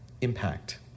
impact